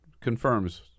confirms